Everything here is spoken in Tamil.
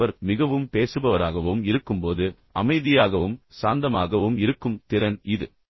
மற்ற நபர் மிகவும் பேசுபவராகவும் இருக்கும்போது அமைதியாகவும் சாந்தமாகவும் இருக்கும் திறன் இது